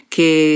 che